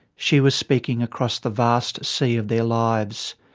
she was speaking across the vast sea of their lives.